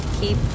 keep